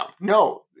No